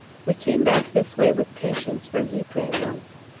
we came back this way with patients from ypres once.